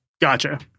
Gotcha